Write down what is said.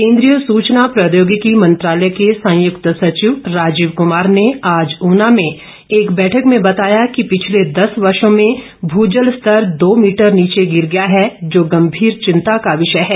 केंद्रीय सूचना प्रौद्योगिकी मंत्रालय के संयुक्त सचिव राजीव कुमार ने आज ऊना में एक बैठक में बताया कि पिछले दस वर्षों में भूजल स्तर दो मीटर नीचे गिर गया है जो गंभीर चिंता का विषय है